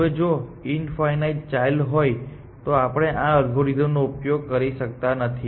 હવે જો infinite child node હોય તો આપણે આ અલ્ગોરિધમનો ઉપયોગ કરી શકતા નથી